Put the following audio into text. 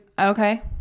okay